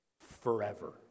forever